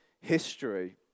history